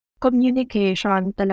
communication